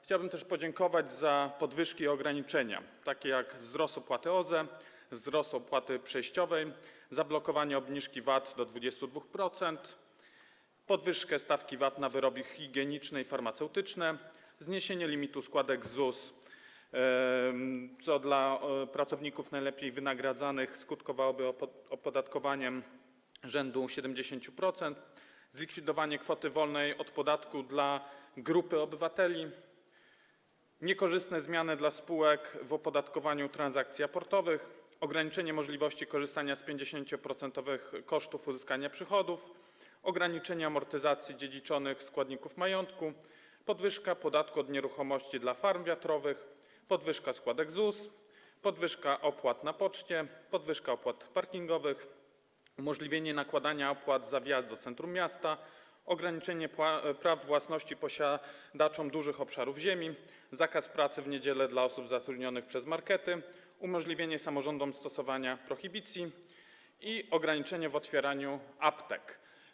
Chciałbym też podziękować za podwyżki i ograniczenia takie jak: wzrost opłaty OZE, wzrost opłaty przejściowej, zablokowanie obniżki VAT do 22%, podwyżkę stawki VAT na wyroby higieniczne i farmaceutyczne, zniesienie limitu składek ZUS, co dla pracowników najlepiej wynagradzanych skutkowałoby opodatkowaniem rzędu 70%, zlikwidowanie kwoty wolnej od podatku dla grupy obywateli, niekorzystne zmiany dla spółek w opodatkowaniu transakcji aportowych, ograniczenie możliwości korzystania z 50-procentowych kosztów uzyskania przychodu, ograniczenie amortyzacji dziedziczonych składników majątku, podwyżka podatku od nieruchomości dla farm wiatrowych, podwyżka składek ZUS, podwyżka opłat na poczcie, podwyżka opłat parkingowych, umożliwienie nakładania opłat za wjazd do centrum miasta, ograniczenie praw własności posiadaczom dużych obszarów ziemi, zakaz pracy w niedzielę dla osób zatrudnionych przez markety, umożliwienie samorządom stosowania prohibicji i ograniczenie w otwieraniu aptek.